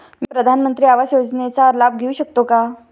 मी प्रधानमंत्री आवास योजनेचा लाभ घेऊ शकते का?